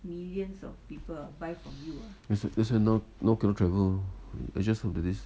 that's why that's why now cannot travel lor let's just hope that this